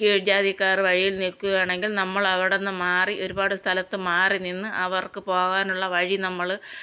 കീഴ്ജാതിക്കാർ വഴിയിൽ നിൽക്കുകയാണെങ്കിൽ നമ്മൾ അവിടുന്ന് മാറി ഒരുപാട് സ്ഥലത്ത് മാറി നിന്ന് അവർക്ക് പോകാനുള്ള വഴി നമ്മൾ